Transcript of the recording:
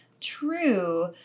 true